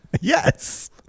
yes